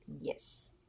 yes